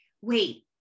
wait